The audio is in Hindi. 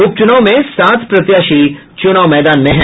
उप चुनाव में सात प्रत्याशी चुनाव मैदान में हैं